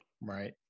Right